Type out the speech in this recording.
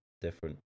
different